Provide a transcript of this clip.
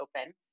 open